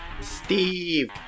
Steve